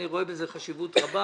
אני רואה בזה חשיבות רבה,